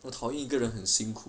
我讨厌一个人很辛苦